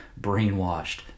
brainwashed